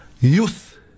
Youth